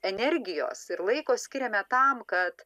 energijos ir laiko skiriame tam kad